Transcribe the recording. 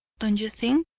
don't you think?